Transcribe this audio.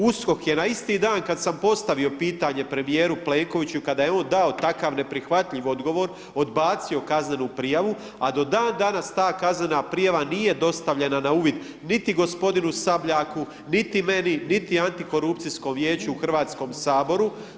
USKOK je na isti dan kad sam postavio pitanje premijeru Plenkoviću i kada je on dao takav neprihvatljiv odgovor, odbacio kaznenu prijavu, a do dan danas ta kaznena prijava nije dostavljena na uvid niti g. Sabljaku, niti meni, niti Antikorupcijskom vijeću u HS-u.